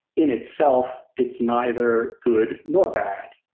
in itself it's neither good nor bad.